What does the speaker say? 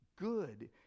good